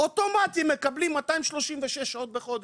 אוטומטי מקבלים 236 שעות בחודש,